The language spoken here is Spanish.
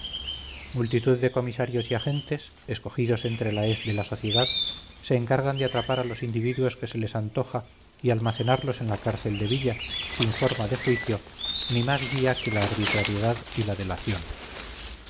multitud de comisarios y agentes escogidos entre la hez de la sociedad se encargan de atrapar a los individuos que se les antoja y almacenarlos en la cárcel de villa sin forma de juicio ni más guía que la arbitrariedad y la delación